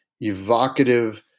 evocative